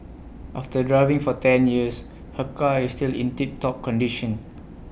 after driving for ten years her car is still in tip top condition